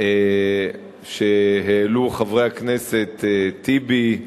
שהעלו חברי הכנסת טיבי,